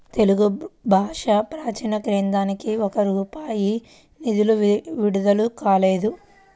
తెలుగు భాషా ప్రాచీన కేంద్రానికి ఒక్క రూపాయి నిధులు విడుదల కాలేదు